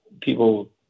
people